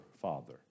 father